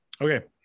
Okay